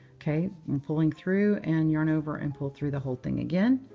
ok. i'm pulling through and yarn over and pull through the whole thing again.